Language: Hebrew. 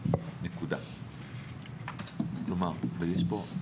63% מהמקרים הם מחוץ